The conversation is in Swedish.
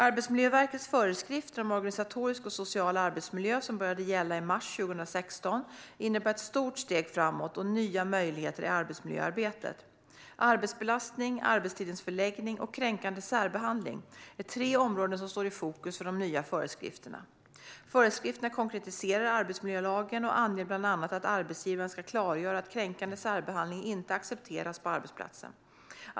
Arbetsmiljöverkets föreskrifter om organisatorisk och social arbetsmiljö, som började gälla i mars 2016, innebär ett stort steg framåt och nya möjligheter i arbetsmiljöarbetet. Arbetsbelastning, arbetstidens förläggning och kränkande särbehandling är tre områden som står i fokus för de nya föreskrifterna. Föreskrifterna konkretiserar arbetsmiljölagen och anger bland annat att arbetsgivaren ska klargöra att kränkande särbehandling inte accepteras på arbetsplatsen.